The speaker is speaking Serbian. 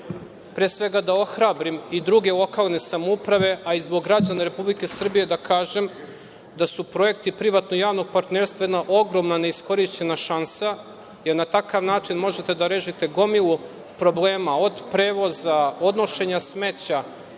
pre svega, da ohrabrim i druge lokalne samouprave, a i zbog građana Republike Srbije, da kažem da su projekti privatno-javnog partnerstva jedna ogromna neiskorišćena šansa, jer na takav način možete da rešite gomilu problema, od prevoza, odnošenja smeća.